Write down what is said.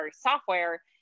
software